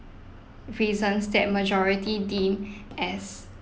reasons that majority deem as